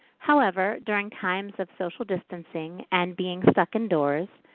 however, during times of social distancing and being stuck indoors,